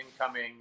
incoming